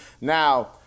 Now